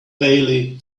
bailey